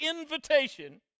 invitation